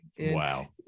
Wow